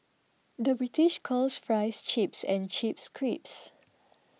the British calls Fries Chips and chips creeps